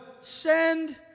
send